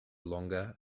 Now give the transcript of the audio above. longer